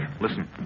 Listen